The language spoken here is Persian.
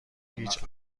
هیچ